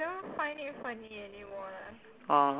!wow!